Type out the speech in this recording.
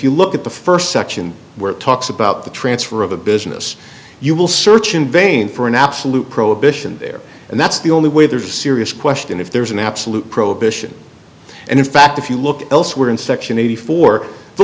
you look at the first section where it talks about the transfer of a business you will search in vain for an absolute prohibition there and that's the only way there's a serious question if there is an absolute prohibition and in fact if you look elsewhere in section eighty four the